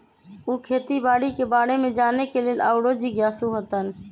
उ खेती बाड़ी के बारे में जाने के लेल आउरो जिज्ञासु हतन